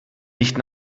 nicht